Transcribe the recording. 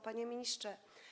Panie Ministrze!